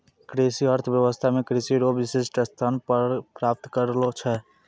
कृषि अर्थशास्त्र मे कृषि रो विशिष्ट स्थान प्राप्त करलो छै